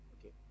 Okay